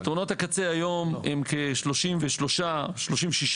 פתרונות הקצה היום הם כ-36 מתקנים,